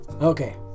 Okay